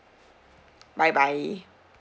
bye bye